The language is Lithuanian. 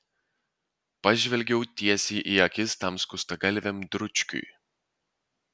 pažvelgiau tiesiai į akis tam skustagalviam dručkiui